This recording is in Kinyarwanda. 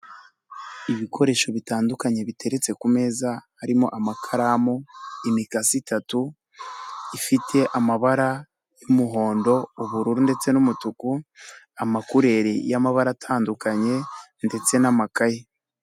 Ibikoresho bitandukanye biteretse ku meza harimo amakaramu, imikasi itatu ifite amabara y'umuhondo, ubururu ndetse n'umutuku. Amakureri y'amabara atandukanye ndetse n'amakaye.